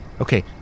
Okay